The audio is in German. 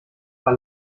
war